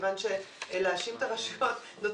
מכיוון שלהאשים את הרשויות --- נתייחס לזה.